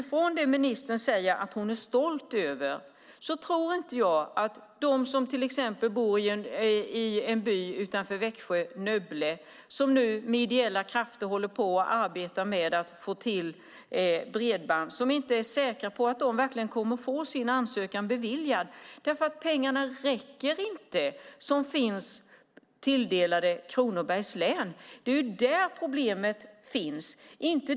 Ministern säger att hon är stolt. Men de som bor i byn Nöbbele utanför Växjö och som med ideella krafter försöker få till bredband är inte säkra på att de kommer att få sin ansökan beviljad eftersom pengarna som har tilldelats Kronobergs län inte räcker. Där finns problemet.